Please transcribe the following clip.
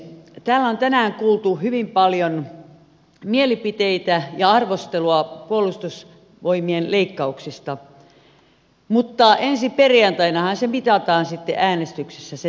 täällä on tänään kuultu hyvin paljon mielipiteitä ja arvostelua puolustusvoimien leikkauksista mutta ensi perjantainahan mitataan sitten äänestyksessä se todellinen kanta